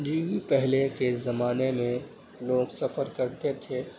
جی پہلے کے زمانے میں لوگ سفر کرتے تھے